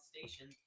Station